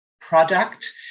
product